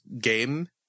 game